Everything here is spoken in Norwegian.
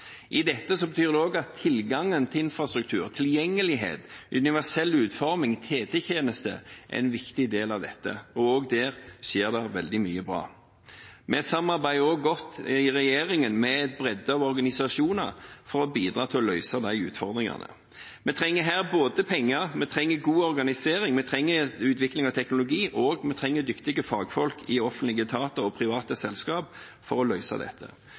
av dette, og der skjer det veldig mye bra. Regjeringen samarbeider også godt med en bredde av organisasjoner for å bidra til å løse utfordringene. Vi trenger penger, vi trenger god organisering, vi trenger utvikling av teknologi, og vi trenger dyktige fagfolk i offentlige etater og private selskaper for å løse dette.